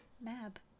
Mab